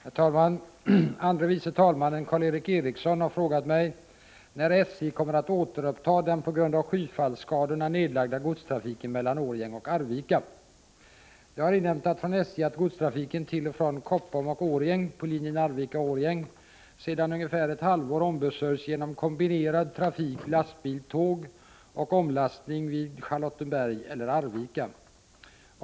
Herr talman! Andre vice talman Karl Erik Eriksson har frågat mig när SJ kommer att återuppta den på grund av skyfallsskadorna nedlagda godstrafiken mellan Årjäng och Arvika. Jag har inhämtat från SJ att godstrafiken till och från Koppom och Årjäng på linjen Arvika-Årjäng sedan ungefär ett halvår ombesörjs genom kombinerad trafik lastbil-tåg och omlastning vid Charlottenberg eller Arvika.